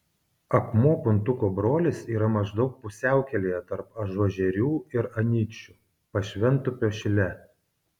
akmuo puntuko brolis yra maždaug pusiaukelėje tarp ažuožerių ir anykščių pašventupio šile